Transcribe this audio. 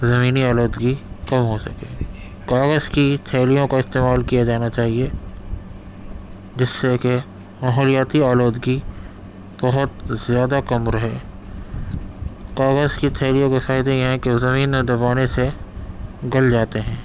زمینی آلودگی کم ہوسکے کاغذ کی تھیلیوں کا استعمال کیا جانا چاہیے جس سے کہ ماحولیاتی آلودگی بہت زیادہ کم رہے کاغذ کی تھیلیوں کے فائدے یہ ہیں کہ زمین میں دبانے سے گل جاتے ہیں